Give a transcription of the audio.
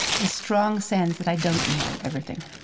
the strong sense that i don't know everything,